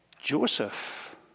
Joseph